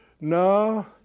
No